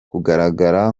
kugaragara